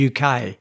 UK